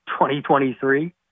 2023